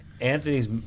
Anthony's